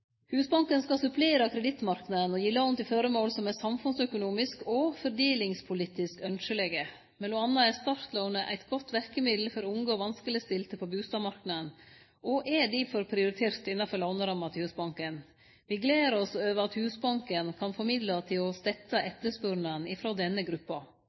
Husbanken skal supplere kredittmarknaden og gi lån til føremål som er samfunnsøkonomisk og fordelingspolitisk ynskjelege, m.a. er startlånet eit godt verkemiddel for unge og vanskelegstilte på bustadmarknaden og er difor prioritert innanfor låneramma til Husbanken. Me gler oss over at Husbanken kan få midlar til å tette etterspurnaden frå denne gruppa.